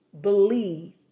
believe